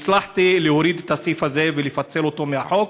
הצלחתי להוריד את הסעיף הזה ולפצל אותו מהחוק.